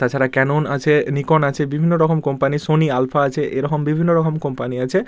তাছাড়া ক্যানন আছে নিকন আছে বিভিন্ন রকম কোম্পানি সোনি আলফা আছে এরখম বিভিন্ন রকম কোম্পানি আছে